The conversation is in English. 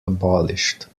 abolished